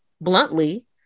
bluntly